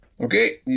Okay